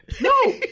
No